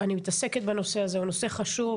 אני מתעסקת בנושא הזה, הוא נושא חשוב,